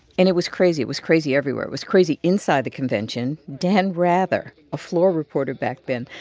and it was crazy. it was crazy everywhere. it was crazy inside the convention. dan rather, a floor reporter back then,